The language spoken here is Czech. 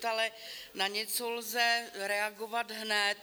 Ale na něco lze reagovat hned.